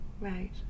Right